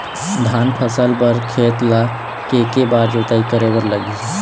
धान फसल के बर खेत ला के के बार जोताई करे बर लगही?